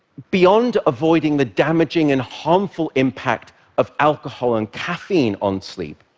beyond avoiding the damaging and harmful impact of alcohol and caffeine on sleep,